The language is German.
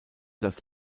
das